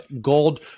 gold